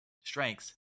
strengths